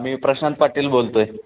मी प्रशांत पाटील बोलतो आहे